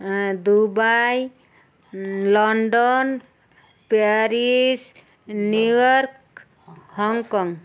Dubai London Paris New York Hong Kong